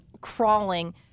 crawling